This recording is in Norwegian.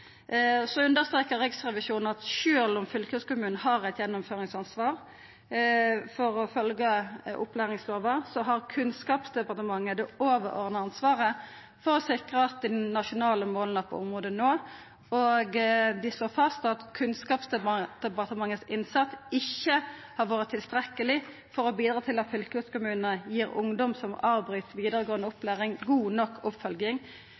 Riksrevisjonen understrekar at sjølv om fylkeskommunen har eit gjennomføringsansvar for å følgja opplæringslova, har Kunnskapsdepartementet det overordna ansvaret for å sikra at dei nasjonale måla på området vert nådd. Dei slår fast at «Kunnskapsdepartementets innsats ikke har vært tilstrekkelig for å bidra til at fylkeskommunene gir ungdom som avbryter videregående opplæring en god nok oppfølging